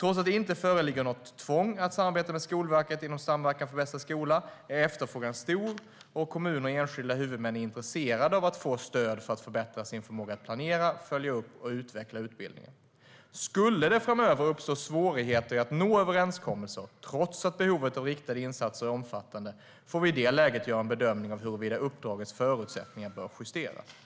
Trots att det inte föreligger något tvång att samarbeta med Skolverket inom Samverkan för bästa skola är efterfrågan stor, och kommuner och enskilda huvudmän är intresserade av att få stöd för att förbättra sin förmåga att planera, följa upp och utveckla utbildningen. Skulle det framöver uppstå svårigheter i att nå överenskommelser, trots att behovet av riktade insatser är omfattande, får vi i det läget göra en bedömning av huruvida uppdragets förutsättningar bör justeras.